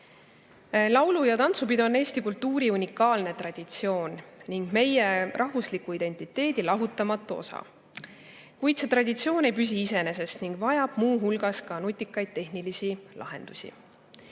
Laulu- ja tantsupidu on eesti kultuuri unikaalne traditsioon ning meie rahvusliku identiteedi lahutamatu osa. Kuid see traditsioon ei püsi iseenesest ning vajab muu hulgas ka nutikaid tehnilisi lahendusi.